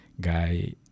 guy